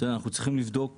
אנחנו דבר ראשון צריכים תקינה,